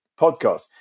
podcast